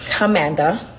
Amanda